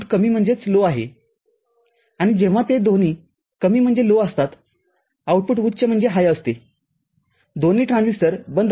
आणिजेव्हा ते दोन्ही कमी असतात आउटपुट उच्च असते दोन्ही ट्रान्झिस्टरबंद असतात